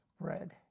bread